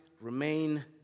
remain